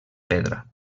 pedra